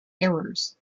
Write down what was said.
errors